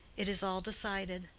it is all decided.